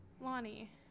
Lonnie